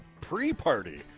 pre-party